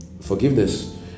forgiveness